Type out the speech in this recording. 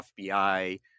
FBI